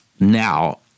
now